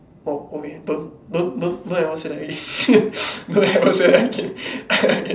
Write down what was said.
orh okay don't don't don't at all say that already don't every say that again